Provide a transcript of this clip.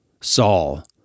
Saul